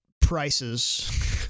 prices